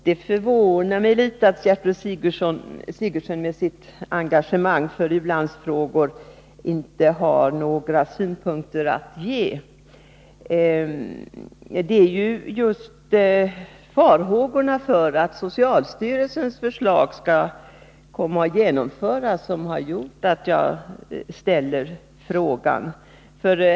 Det förvånar mig litet att Gertrud Sigurdsen, med sitt engagemang i u-landsfrågor, inte har några synpunkter att ge, Det är just farhågorna för att socialstyrelsens förslag skall genomföras som har gjort att jag ställt frågan.